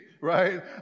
right